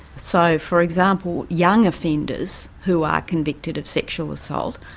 so, for example, young offenders who are convicted of sexual assault,